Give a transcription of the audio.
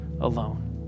alone